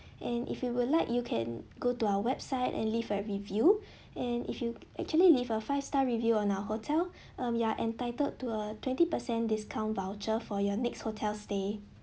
and if you would like you can go to our website and leave a review and if you actually leave a five star review on our hotel um you are entitled to a twenty percent discount voucher for your next hotel stay